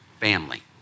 family